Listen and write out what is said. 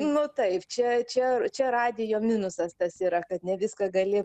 nu taip čia čia čia radijo minusas tas yra kad ne viską gali